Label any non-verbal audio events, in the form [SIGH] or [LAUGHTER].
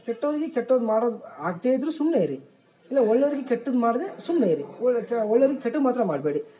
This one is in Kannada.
ಕೆಟ್ಟೋರಿಗೆ ಕೆಟ್ಟದ್ದು ಮಾಡೋದು ಆಗದೇ ಇದ್ರು ಸುಮ್ಮನೆ ಇರಿ ಇಲ್ಲ ಒಳ್ಳೆಯವರಿಗೆ ಕೆಟ್ಟದ್ದು ಮಾಡದೆ ಸುಮ್ಮನೆ ಇರಿ [UNINTELLIGIBLE] ಒಳ್ಳೇರಿಗೆ ಕೆಟ್ಟದ್ದು ಮಾತ್ರ ಮಾಡಬೇಡಿ